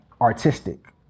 artistic